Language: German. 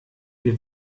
wir